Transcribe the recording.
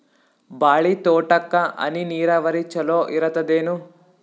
ಬಾಳಿ ತೋಟಕ್ಕ ಹನಿ ನೀರಾವರಿ ಚಲೋ ಇರತದೇನು?